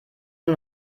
nur